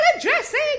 dressing